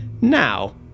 Now